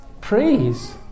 praise